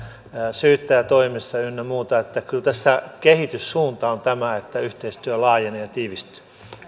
syyttäjätoimessa ynnä muussa niin että kyllä tässä kehityssuunta on tämä että yhteistyö laajenee ja tiivistyy